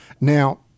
Now